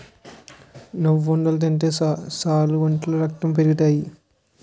నువ్వుండలు తింటే సాలు ఒంట్లో రక్తం పెరిగిపోతాయి